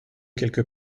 quelque